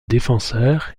défenseur